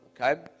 okay